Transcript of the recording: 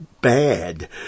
bad